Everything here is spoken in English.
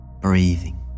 breathing